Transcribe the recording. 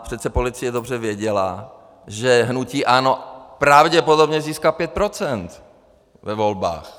Přece policie dobře věděla, že hnutí ANO pravděpodobně získá 5 % ve volbách.